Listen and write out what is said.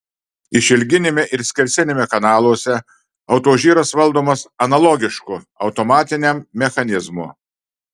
išilginiame ir skersiniame kanaluose autožyras valdomas analogišku automatiniam mechanizmu